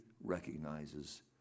recognizes